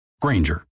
Granger